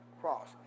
Cross